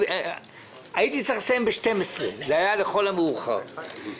הייתי צריך לסיים בשעה 12 לכל המאוחר.